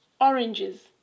oranges